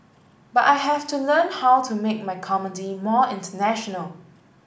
but I have to learn how to make my comedy more international